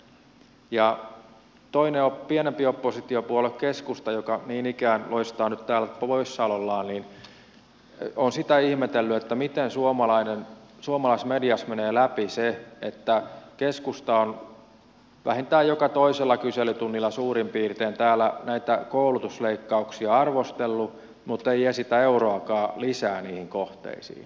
mitä tulee toiseen pienempään oppositiopuolueeseen keskustaan joka niin ikään loistaa nyt täällä poissaolollaan niin olen sitä ihmetellyt miten suomalaisessa mediassa menee läpi se että keskusta on vähintäänkin joka toisella kyselytunnilla suurin piirtein näitä koulutusleikkauksia arvostellut mutta ei esitä euroakaan lisää niihin kohteisiin